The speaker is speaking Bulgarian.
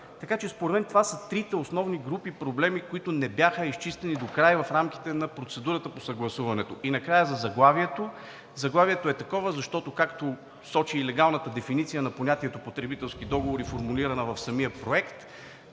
така нататък. Това се трите основни групи проблеми, които не бяха изчистени докрай в рамките на процедурата по съгласуването. И накрая за заглавието, то е такова, защото, както сочи и легалната дефиниция на понятието потребителски договори, формулирана в самия проект,